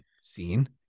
scene